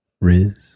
Riz